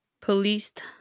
Policed